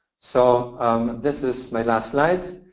so this is my last slide.